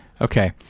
okay